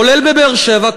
כולל בבאר-שבע,